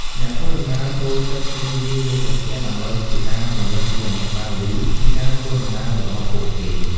អ្នកធ្វើដំណើរចូលចិត្តទិញវាយកទៅផ្ទះ ដើម្បីជាការរំលឹកពីអនុស្សាវរីយ៍នៃការធ្វើដំណើររបស់ពួកគេ។